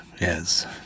Yes